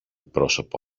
πρόσωπο